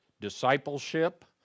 discipleship